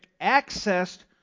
accessed